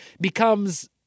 becomes